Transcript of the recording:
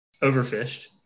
overfished